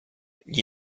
gli